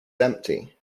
empty